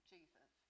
Jesus